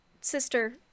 sister